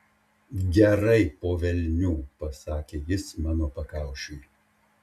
gerai po velnių pasakė jis mano pakaušiui